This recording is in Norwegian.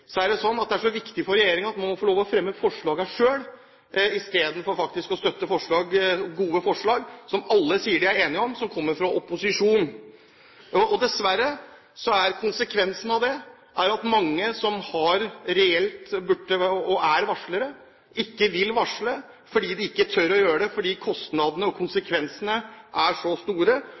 viktig for regjeringen å fremme forslagene selv istedenfor å støtte gode forslag – som alle sier de er enig i – som kommer fra opposisjonen. Dessverre er konsekvensen av det at mange som reelt er varslere, ikke vil varsle. De tør ikke å gjøre det fordi kostnadene og konsekvensene er så store.